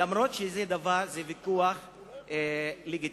אף-על-פי שזה ויכוח לגיטימי.